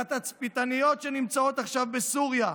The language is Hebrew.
לתצפיתניות שנמצאות עכשיו בסוריה,